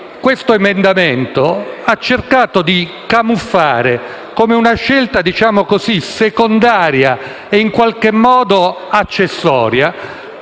questo emendamento ha cercato di camuffare come una scelta, diciamo così, secondaria e in qualche modo accessoria